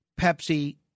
Pepsi